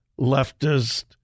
leftist